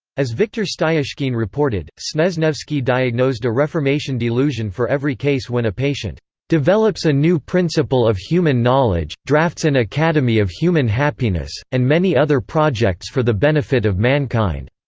as viktor styazhkin reported, snezhnevsky diagnosed a reformation delusion for every case when a patient develops a new principle of human knowledge, drafts an and academy of human happiness, and many other projects for the benefit of mankind.